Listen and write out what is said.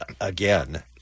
again